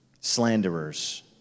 slanderers